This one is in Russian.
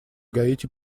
гаити